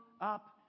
up